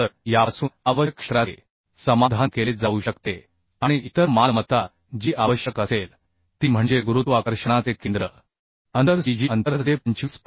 तर यापासून आवश्यक क्षेत्राचे समाधान केले जाऊ शकते आणि इतर मालमत्ता जी आवश्यक असेल ती म्हणजे गुरुत्वाकर्षणाचे केंद्र अंतर cg अंतर जे 25